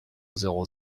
zéro